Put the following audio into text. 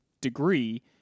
degree